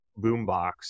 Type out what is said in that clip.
boombox